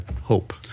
hope